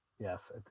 Yes